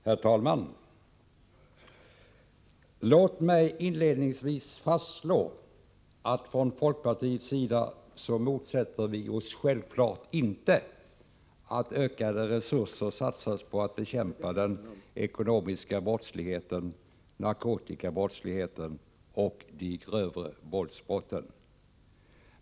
Herr talman! Låt mig inledningsvis fastslå att från folkpartiets sida motsätter vi oss självfallet inte att ökade resurser satsas på att bekämpa den ekonomiska brottsligheten, narkotikabrottsligheten och de grövre våldsbrotten.